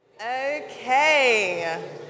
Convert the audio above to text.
Okay